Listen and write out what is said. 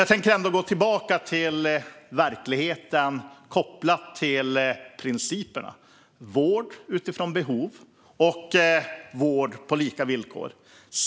Jag tänker ändå gå tillbaka till verkligheten kopplat till principerna om vård utifrån behov och vård på lika villkor.